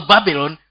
Babylon